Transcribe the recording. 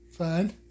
Fine